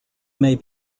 may